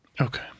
Okay